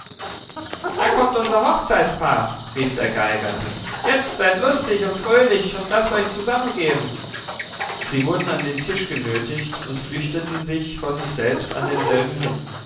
da kommt unser hochzeitpaar rief der geiger jetzt seid lustig und fröhlich und laßt euch zusammengeben sie wurden an den tisch genötigt und flüchteten sich vor sich selbst an denselben hin